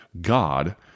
God